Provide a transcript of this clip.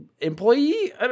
employee